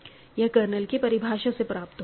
यह कर्नल की परिभाषा से प्राप्त होता है